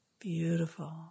Beautiful